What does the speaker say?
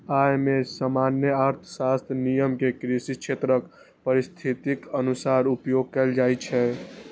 अय मे सामान्य अर्थशास्त्रक नियम कें कृषि क्षेत्रक परिस्थितिक अनुसार उपयोग कैल जाइ छै